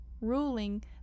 Ruling